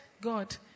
God